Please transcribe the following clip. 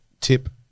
tip-